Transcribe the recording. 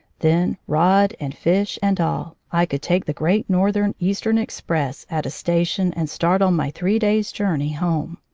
then, rod and fish and all, i could take the great northern eastern express at a station and start on my three days' journey home.